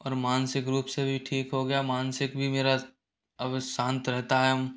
और मानसिक रूप से भी ठीक हो गया मानसिक भी मेरा अब शांत रहता है